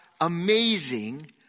amazing